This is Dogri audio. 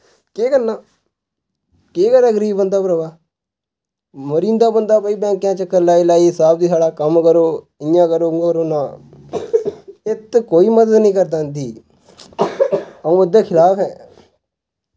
केह् करना केह् करै गरीब बंदा भ्रावा मरी जंदा बंदा कोई बैंक च करलाई करलाई साह्ब जी कम्म करो इयां करो उआं करो ना इत्त कोई मदद नी करदा इंदी अ'ऊं इंदे खलाफ ऐ